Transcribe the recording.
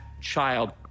child